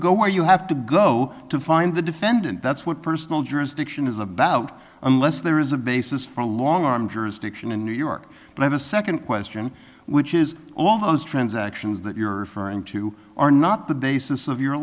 where you have to go to find the defendant that's what personal jurisdiction is about unless there is a basis for a long arm jurisdiction in new york you have a second question which is all those transactions that you're for and two are not the basis of your